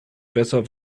besser